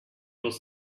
was